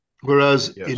Whereas